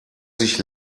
sich